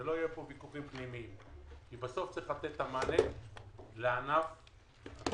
בלי ויכוחים פנימיים כי בסוף צריך לתת את המענה לענף התיירות.